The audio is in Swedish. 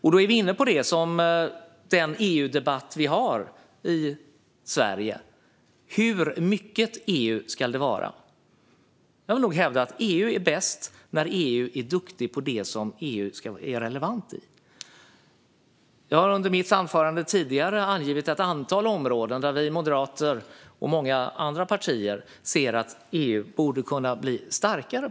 Vi är då inne på den EU-debatt vi har i Sverige. Hur mycket EU ska det vara? Jag vill nog hävda att EU är bäst när EU är duktigt på det EU är relevant i. Jag har under mitt tidigare anförande angivit ett antal områden där vi moderater och många andra partier ser att EU borde kunna bli starkare.